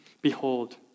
Behold